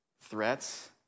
threats